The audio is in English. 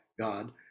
God